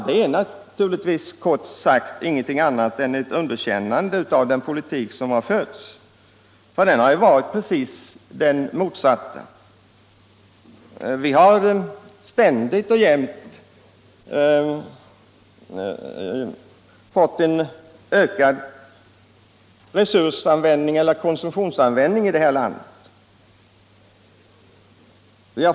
Det är naturligtvis ingenting annat än ett underkännande av den politik som har förts — den har ju varit den rakt motsatta. Vi har fått en ständigt ökad resursanvändning eller konsumtion här i landet.